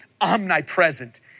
omnipresent